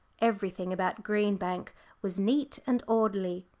everything about green bank was neat and orderly,